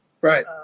right